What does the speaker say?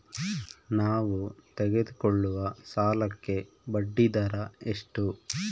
ನಾವು ತೆಗೆದುಕೊಳ್ಳುವ ಸಾಲಕ್ಕೆ ಬಡ್ಡಿದರ ಎಷ್ಟು?